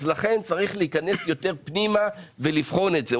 אז לכן צריך להיכנס יותר פנימה ולבחון את זה.